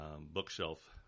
bookshelf